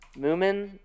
Moomin